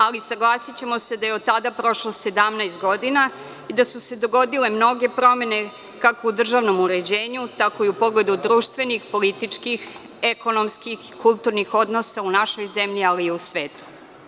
Ali, saglasićemo se da je od tada prošlo 17 godina i da su se dogodile mnoge promene, kako u državnom uređenju, tako i u pogledu društvenih, političkih, ekonomskih, kulturnih odnosa u našoj zemlji, ali i u svetu.